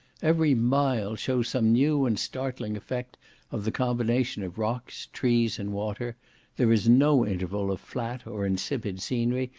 every mile shows some new and startling effect of the combination of rocks, trees, and water there is no interval of flat or insipid scenery,